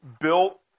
built